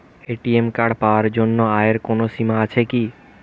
ATM card পাওয়ার জন্য আয়ের কোনো সীমা আছে কি?